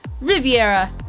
Riviera